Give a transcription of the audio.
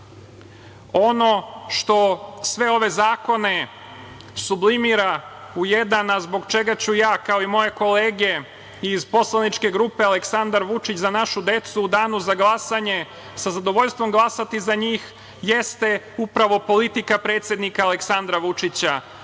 što sve ove zakone sublimira u jedan, a zbog čega ću ja kao i moje kolege iz poslaničke grupe Aleksandar Vučić – Za našu decu u danu za glasanje sa zadovoljstvom glasati za njih, jeste upravo politika predsednika Aleksandra Vučića. Mi